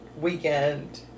weekend